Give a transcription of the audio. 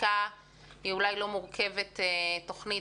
שחקיקה היא אולי לא מורכבת מבחינה תוכנית